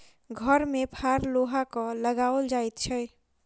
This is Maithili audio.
हर मे फार लोहाक लगाओल जाइत छै